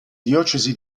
diocesi